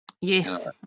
Yes